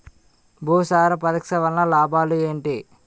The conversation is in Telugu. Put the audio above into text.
భూసార పరీక్ష వలన లాభాలు ఏంటి?